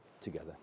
together